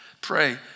pray